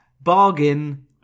bargain